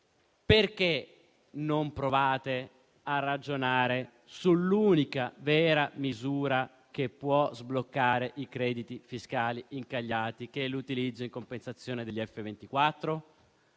perché non provate a ragionare sull'unica vera misura che può sbloccare i crediti fiscali incagliati, vale a dire l'utilizzo in compensazione degli F24?